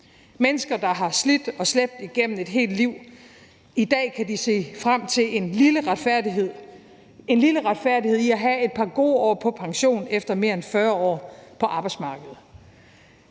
Mennesker, der har slidt og slæbt igennem et helt liv, kan i dag se frem til en lille retfærdighed – en lille retfærdighed i at have et par gode år på pension efter mere end 40 år på arbejdsmarkedet.